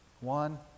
one